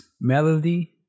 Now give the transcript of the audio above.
melody